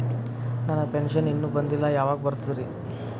ನನ್ನ ಪೆನ್ಶನ್ ಇನ್ನೂ ಬಂದಿಲ್ಲ ಯಾವಾಗ ಬರ್ತದ್ರಿ?